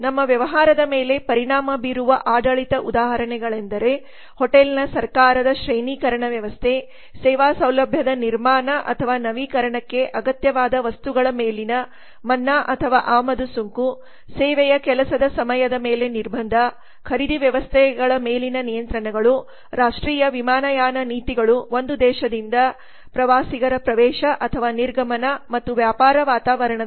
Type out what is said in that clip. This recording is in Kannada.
ನಮ್ಮ ವ್ಯವಹಾರದ ಮೇಲೆ ಪರಿಣಾಮ ಬೀರುವ ಆಡಳಿತದ ಉದಾಹರಣೆಗಳೆಂದರೆ ಹೋಟೆಲ್ನ ಸರ್ಕಾರದ ಶ್ರೇಣೀಕರಣ ವ್ಯವಸ್ಥೆ ಸೇವಾ ಸೌಲಭ್ಯದ ನಿರ್ಮಾಣ ಅಥವಾ ನವೀಕರಣಕ್ಕೆ ಅಗತ್ಯವಾದ ವಸ್ತುಗಳ ಮೇಲಿನ ಮನ್ನಾ ಅಥವಾ ಆಮದು ಸುಂಕ ಸೇವೆಯ ಕೆಲಸದ ಸಮಯದ ಮೇಲೆ ನಿರ್ಬಂಧ ಖರೀದಿ ವ್ಯವಸ್ಥೆಗಳ ಮೇಲಿನ ನಿಯಂತ್ರಣಗಳು ರಾಷ್ಟ್ರೀಯ ವಿಮಾನಯಾನ ನೀತಿಗಳು ಒಂದು ದೇಶದಿಂದ ಪ್ರವಾಸಿಗರ ಪ್ರವೇಶ ಅಥವಾ ನಿರ್ಗಮನ ಮತ್ತು ವ್ಯಾಪಾರ ವಾತಾವರಣದಲ್ಲಿ ಸಮಗ್ರತೆ ಮತ್ತು ಭ್ರಷ್ಟಾಚಾರ